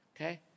okay